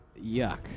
yuck